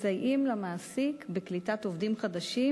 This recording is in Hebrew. מסייעים למעסיק בקליטת עובדים חדשים